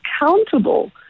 accountable